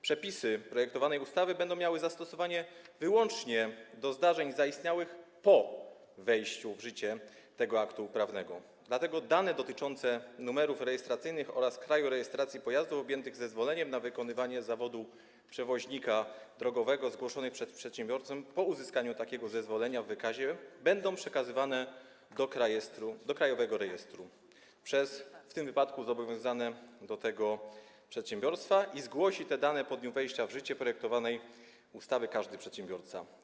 Przepisy projektowanej ustawy będą miały zastosowanie wyłącznie do zdarzeń zaistniałych po wejściu w życie tego aktu prawnego, dlatego dane dotyczące numerów rejestracyjnych oraz krajów rejestracji pojazdów objętych zezwoleniem na wykonywanie zawodu przewoźnika drogowego, zgłoszonych przez przedsiębiorcę po uzyskaniu takiego zezwolenia w wykazie będą przekazywane do krajowego rejestru przez zobowiązane w tym wypadku do tego przedsiębiorstwa i zgłosi te dane po dniu wejścia w życie projektowanej ustawy każdy przedsiębiorca.